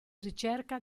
ricerca